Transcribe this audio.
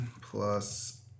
plus